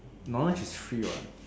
knowledge is free what